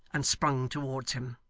and sprung towards him.